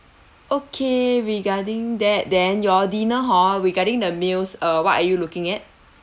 okay regarding that then your dinner hor regarding the meals uh what are you looking at